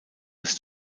ist